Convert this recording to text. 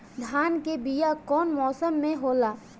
धान के बीया कौन मौसम में होला?